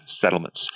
settlements